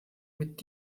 mit